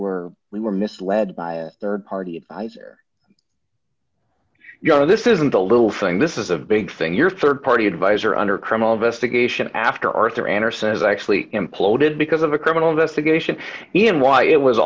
were we were misled by rd party or you know this isn't a little thing this is a big thing your rd party advisor under criminal investigation after arthur andersen has actually imploded because of a criminal investigation and why it was